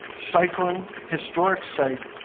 cycling, historic site,